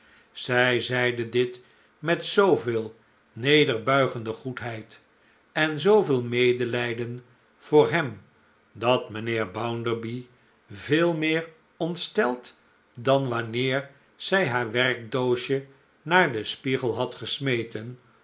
zij zeide dit met zooveel nederbuigende goedheid en zooveel medelijden voor hem dat mijnheer bounderby veel meer ontsteld dan wanneer zij haar werkdoosje naar den spiegel had gesmeten